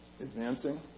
advancing